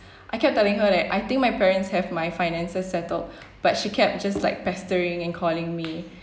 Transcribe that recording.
I kept telling her that I think my parents have my finances settled but she kept just like pestering and calling me